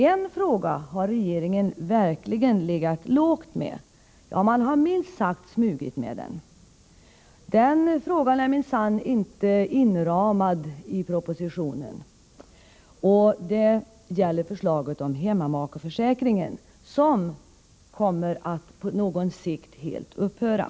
En fråga har regeringen verkligen legat lågt med — man har minst sagt smugit med den — och den är minsann inte ”inramad” i propositionen. Det gäller förslaget om att hemmamakeförsäkringen på sikt helt skall upphöra.